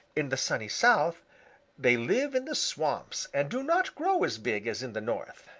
in the sunny south they live in the swamps and do not grow as big as in the north.